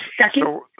second